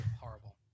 Horrible